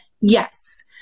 Yes